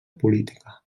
política